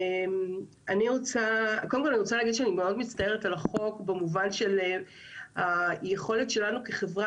אני מאוד מצטערת על החוק במובן של היכולת שלנו כחברה